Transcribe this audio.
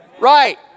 Right